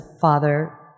father